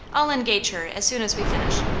i'll engage her as soon as we finish.